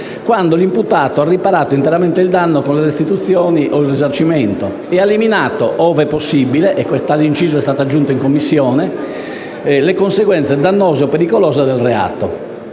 quando l'imputato ha riparato interamente il danno con le restituzioni o il risarcimento e ha eliminato, ove possibile (tale inciso è stato aggiunto in Commissione), le conseguenze dannose e pericolose del reato.